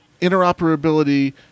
interoperability